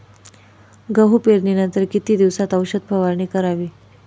गहू पेरणीनंतर किती दिवसात औषध फवारणी करावी?